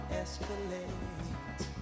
escalate